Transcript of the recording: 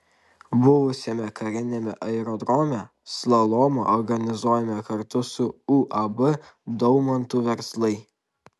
buvusiame kariniame aerodrome slalomą organizuojame kartu su uab daumantų verslai